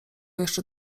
jeszcze